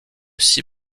six